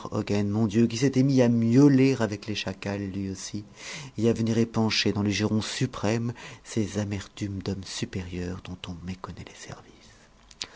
hogen bon dieu qui s'était mis à miauler avec les chacals lui aussi et à venir épancher dans le giron suprême ses amertumes d'homme supérieur dont on méconnaît les services